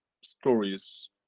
stories